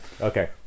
Okay